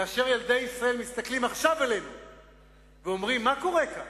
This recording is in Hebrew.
כאשר ילדי ישראל מסתכלים עלינו עכשיו ואומרים: מה קורה כאן?